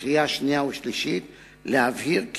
לקריאה שנייה ולקריאה שלישית להבהיר כי